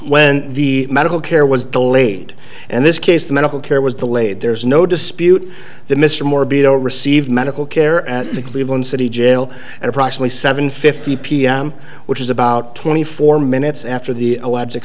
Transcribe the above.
when the medical care was delayed and this case the medical care was delayed there is no dispute that mr moore be to receive medical care at the cleveland city jail and approximately seven fifty pm which is about twenty four minutes after the